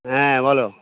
হ্যাঁ বলো